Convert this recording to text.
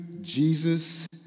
Jesus